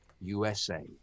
USA